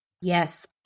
Yes